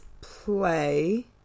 play